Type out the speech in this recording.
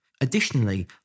Additionally